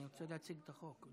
אני רוצה להציג את החוק.